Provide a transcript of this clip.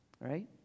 right